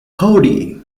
cody